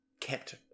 kept